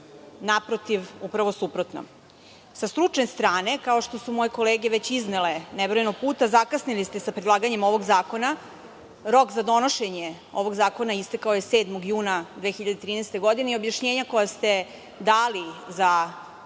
Naprotiv, upravo suprotno. Sa stručne strane, kao što su moje kolege već iznele, nebrojeno puta, zakasnili ste sa predlaganjem ovog zakona. Rok za donošenje ovog zakona istekao je 7. juna 2013. godine. Objašnjenja koja ste dali za